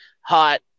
hot